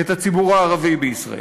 את הציבור הערבי בישראל.